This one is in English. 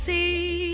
See